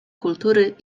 kultury